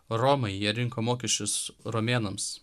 romai jie rinko mokesčius romėnams